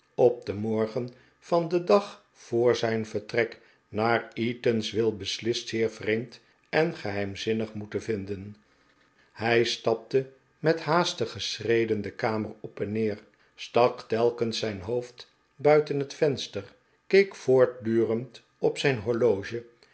op den morgen van den dag voor zijn vertrek naar eatanswill beslist zeer vreemd en geheimzinnig moeten vinden hij stapte met haastige schreden de kamer op en neer stak telkens zijn hoofd buiten het venster keek voortdurend op zijn horloge